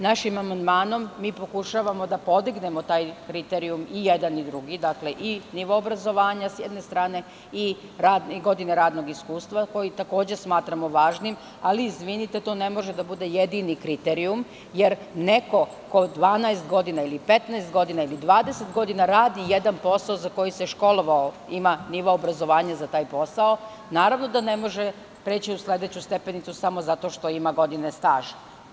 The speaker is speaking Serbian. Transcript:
Našim amandmanom mi pokušavamo da podignemo taj kriterijum i jedan i drugi, dakle, i nivo obrazovanja s jedne strane i godine radnog iskustva, koji takođe smatramo važnim, ali izvinite, to ne može da bude jedini kriterijum, jer neko ko 12, 15 ili 20 godina radi jedan posao za koji se školovao, ima nivo obrazovanja za taj posao, naravno da ne može preći u sledeću stepenicu samo zato što ima godine staža.